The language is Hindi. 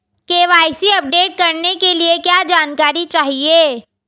के.वाई.सी अपडेट करने के लिए क्या जानकारी चाहिए?